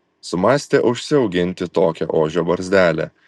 sumąstė užsiauginti tokią ožio barzdelę